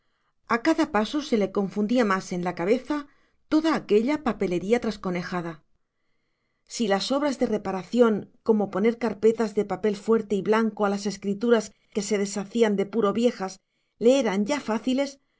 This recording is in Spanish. a cada paso se le confundía más en la cabeza toda aquella papelería trasconejada si las obras de reparación como poner carpetas de papel fuerte y blanco a las escrituras que se deshacían de puro viejas le eran ya fáciles